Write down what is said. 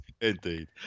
Indeed